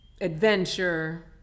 adventure